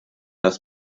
das